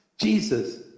jesus